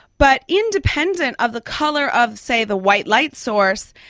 but independent of the colour of, say, the white light source,